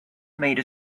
made